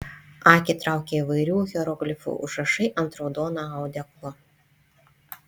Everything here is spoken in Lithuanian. akį traukia įvairių hieroglifų užrašai ant raudono audeklo